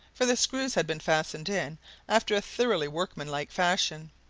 for the screws had been fastened in after a thoroughly workmanlike fashion,